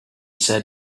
said